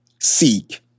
Seek